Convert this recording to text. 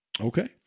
Okay